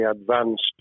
advanced